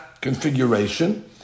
Configuration